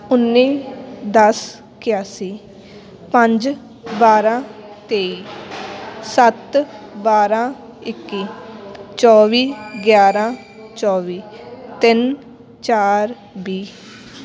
ਉੱਨੀ ਦਸ ਇਕਿਆਸੀ ਪੰਜ ਬਾਰ੍ਹਾਂ ਤੇਈ ਸੱਤ ਬਾਰ੍ਹਾਂ ਇੱਕੀ ਚੌਵੀ ਗਿਆਰ੍ਹਾਂ ਚੌਵੀ ਤਿੰਨ ਚਾਰ ਵੀਹ